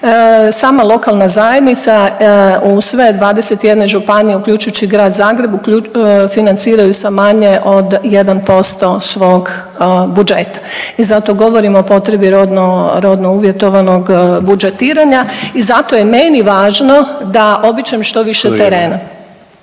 sama lokalna zajednica u sve 21 županije, uključujući Grad Zagreb, financiraju sa manje od 1% svog budžeta i zato govorimo o potrebi rodno uvjetovanog budžetiranja i zato je meni važno da obiđem što više terena.